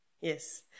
Yes